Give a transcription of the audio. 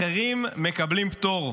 אחרים מקבלים פטור.